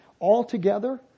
Altogether